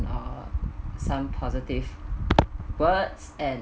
or some positive words and